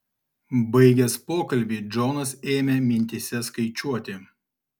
baigęs pokalbį džonas ėmė mintyse skaičiuoti